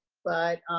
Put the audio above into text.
but